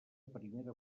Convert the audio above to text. primera